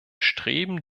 streben